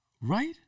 Right